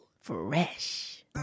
Fresh